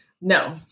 No